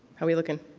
how we looking?